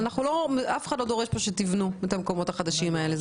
אף אחד לא דורש שתבנו את המקומות החדשים האלה.